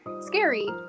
scary